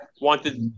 wanted